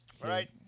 right